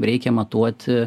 reikia matuoti